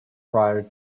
prior